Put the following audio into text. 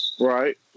Right